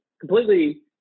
completely